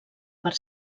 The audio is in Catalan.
per